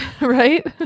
Right